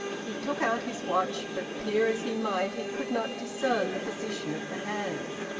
he took out his watch, but peer as he might, he could not discern the position of the hands.